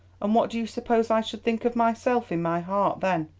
and what do you suppose i should think of myself in my heart then?